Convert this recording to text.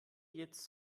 jetzt